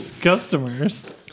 customers